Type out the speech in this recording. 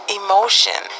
emotion